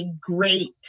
great